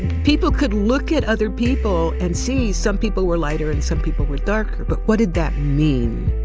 people could look at other people and see some people were lighter and some people were darker, but what did that mean?